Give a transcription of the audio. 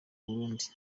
burundi